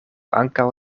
ankaŭ